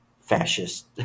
fascist